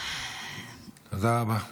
תודה רבה.